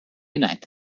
united